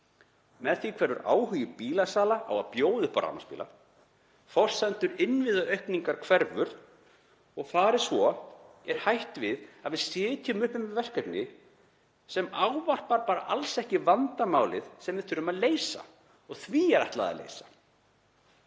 með því áhugi bílasala á að bjóða upp á rafmagnsbíla, forsendur innviðaaukningar hverfa og fari svo er hætt við að við sitjum uppi með verkefni sem tekur alls ekki á vandamálinu sem við þurfum að leysa og því er ætlað að leysa.